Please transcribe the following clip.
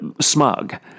smug